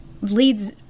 leads